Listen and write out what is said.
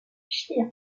chilien